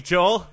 Joel